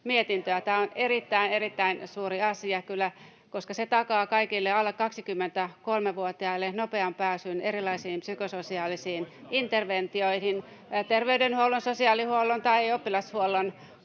erittäin erittäin suuri asia, koska se takaa kaikille alle 23-vuotiaille nopean pääsyn erilaisiin psykososiaalisiin interventioihin [Petri Huru: Toivottavasti oppositio